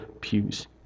pews